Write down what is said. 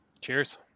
cheers